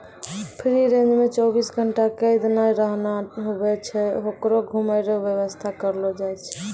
free range मे चौबीस घंटा कैद नै रहना हुवै छै होकरो घुमै रो वेवस्था करलो जाय छै